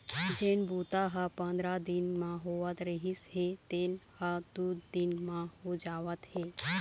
जेन बूता ह पंदरा दिन म होवत रिहिस हे तेन ह दू दिन म हो जावत हे